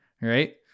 right